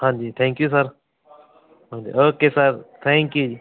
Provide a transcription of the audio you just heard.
ਹਾਂਜੀ thank you sir ਹਾਂਜੀ okay sir thank you ਜੀ